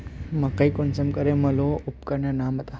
मकई कुंसम मलोहो उपकरनेर नाम बता?